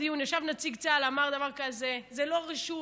בדיון ישב נציג צה"ל ואמר דבר כזה: זה לא רשות.